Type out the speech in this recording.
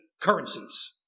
currencies